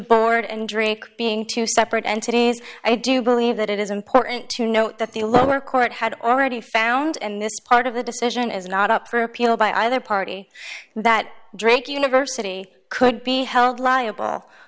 board and drake being two separate entities i do believe that it is important to note that the lower court had already found and this part of the decision is not up for appeal by either party that drake university could be held liable